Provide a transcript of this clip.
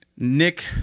Nick